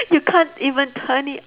you can't even turn it